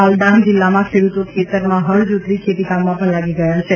હાલ ડાંગ જિલ્લામાં ખેડ્રતો ખેતરમાં હળ જોતરી ખેતી કામમાં લાગી ગયા છે